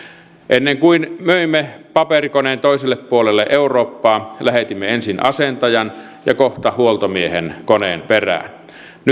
mahdollisuuksia kun ennen myimme paperikoneen toiselle puolelle eurooppaa lähetimme ensin asentajan ja kohta huoltomiehen koneen perään nyt